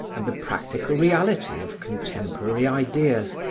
and the practical reality of contemporary ideas,